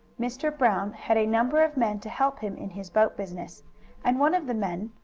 mr. brown had a number of men to help him in his boat business and one of the men,